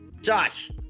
Josh